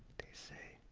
they say,